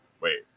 wait